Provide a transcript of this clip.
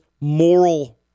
moral